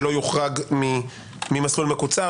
שלא יוחרג ממסלול מקוצר.